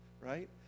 Right